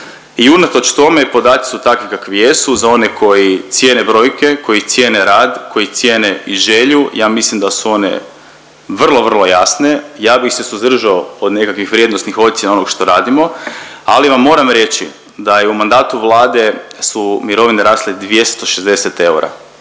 i unatoč tome, podaci su takvi kakvi jesu. Za one koji cijene brojke, koji cijene rad, koji cijene i želju, ja mislim da su one vrlo, vrlo jasne. Ja bih se suzdržao od nekakvih vrijednosnih ocjena onog što radimo, ali vam moram reći da je u mandatu Vlade su mirovine rasle 260 eura.